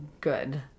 good